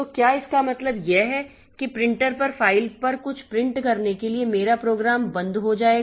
तो क्या इसका मतलब यह है कि प्रिंटर पर एक फ़ाइल पर कुछ प्रिंट करने के लिए मेरा प्रोग्राम बंद हो जाएगा